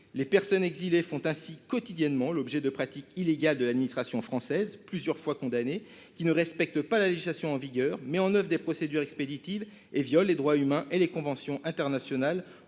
Les personnes exilées font ainsi quotidiennement l'objet de pratiques illégales de l'administration française, plusieurs fois condamnée. Ce faisant, cette dernière ne respecte pas la législation en vigueur, met en oeuvre des procédures expéditives et viole les droits humains et les conventions internationales